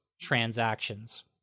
transactions